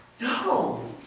No